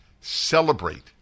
celebrate